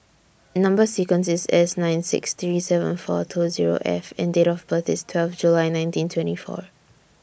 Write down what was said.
Number sequence IS S nine six three seven four two F and Date of birth IS twelve July nineteen twenty four